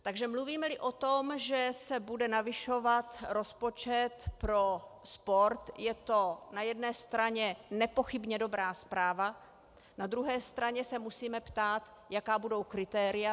Takže mluvímeli o tom, že se bude navyšovat rozpočet pro sport, je to na jedné straně nepochybně dobrá zpráva, na druhé straně se musíme ptát, jaká budou kritéria.